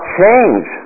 change